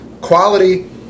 Quality